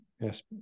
Yes